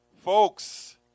Folks